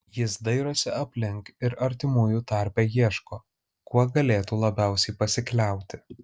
jis dairosi aplink ir artimųjų tarpe ieško kuo galėtų labiausiai pasikliauti